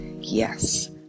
Yes